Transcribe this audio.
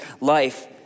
life